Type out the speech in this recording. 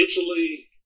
Italy